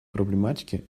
проблематике